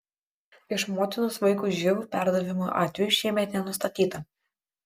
iš motinos vaikui živ perdavimo atvejų šiemet nenustatyta